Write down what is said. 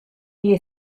you